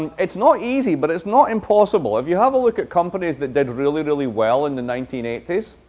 it's not easy, but it's not impossible. if you have a look at companies that did really, really well in the nineteen eighty s,